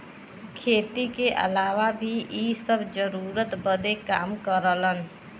खेती के अलावा भी इ सब जरूरत बदे काम करलन